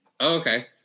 Okay